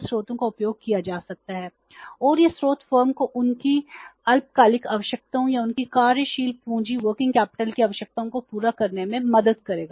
तब अधिकार डिबेंचर की आवश्यकताओं को पूरा करने में मदद करेंगे